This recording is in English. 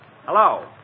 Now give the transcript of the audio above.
Hello